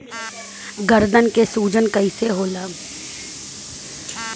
गर्दन के सूजन कईसे होला?